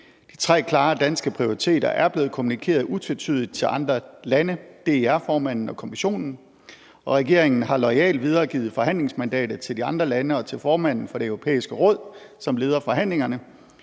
De tre klare danske prioriteter er blevet kommunikeret utvetydigt til andre lande, DER-formanden og Kommissionen, og regeringen har loyalt videregivet forhandlingsmandatet til de andre lande og til formanden for Det Europæiske Råd, som leder forhandlingerne.